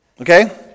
Okay